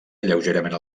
lleugerament